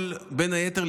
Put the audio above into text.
בין היתר,